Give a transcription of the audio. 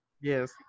yes